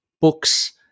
books